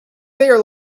there